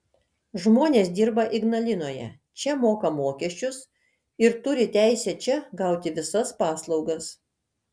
žmonės dirba ignalinoje čia moka mokesčius ir turi teisę čia gauti visas paslaugas